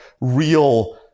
real